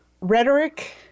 Rhetoric